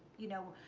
you know,